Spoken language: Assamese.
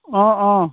অঁ অঁ